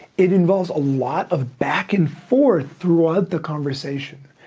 it involves a lot of back and forth throughout the conversation.